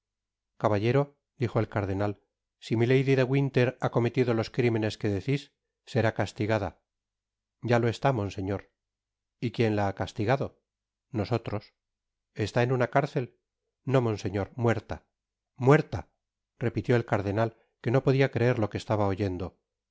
caballero dijo el cardenal si milady de winter ha cometido los crimenes que decis será castigada content from google book search generated at ya lo está monseñor y quién la ha castigado nosotros está en una cárcel no monseñor muerta muerta repitió el cardenal que no podia creer lo que estaba oyendo